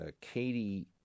Katie